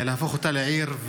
להפוך אותה לעיר.